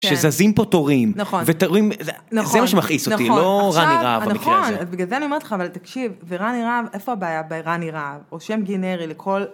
שזזים פה תורים, נכון, ואתם רואים, נכון, זה מה שמכעיס אותי, נכון, לא רני רהב במקרה הזה. נכון, עכשיו. אז בגלל זה אני אומרת לך, אבל תקשיב, ורני רהב, איפה הבעיה ברני רהב, או שם גינרי לכל...